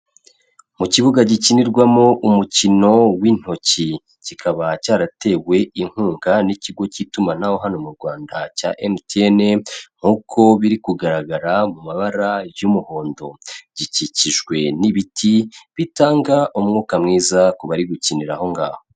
Mu kibuga gikinirwamo umukino w'intoki kikaba cyaratewe inkunga n'ikigo k'itumanaho hano mu Rwanda cya MTN, Nk'uko biri kugaragara mu mabara y'umuhondo gikikijwe n'ibiti bitanga umwuka mwiza ku bari gukinira aho ngaho.